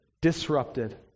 disrupted